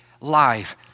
life